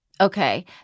Okay